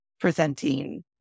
presenting